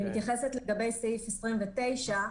לגבי סעיף (29),